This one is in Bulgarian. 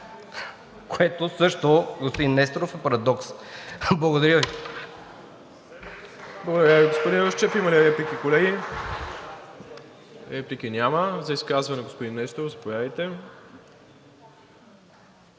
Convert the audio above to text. Което също, господин Несторов, е парадокс. Благодаря Ви.